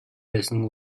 байсан